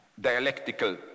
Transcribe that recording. dialectical